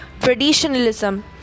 traditionalism